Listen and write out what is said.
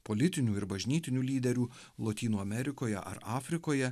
politinių ir bažnytinių lyderių lotynų amerikoje ar afrikoje